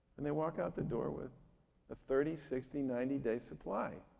and they walk out the door with a thirty, sixty, ninety day supply.